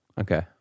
Okay